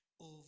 over